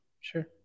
Sure